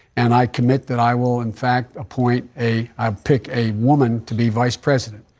and i commit that i will, in fact, appoint a i'll pick a woman to be vice president.